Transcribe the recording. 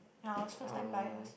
ya I was first time buyers